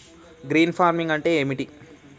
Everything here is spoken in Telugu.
గ్రీన్ ఫార్మింగ్ అంటే ఏమిటి?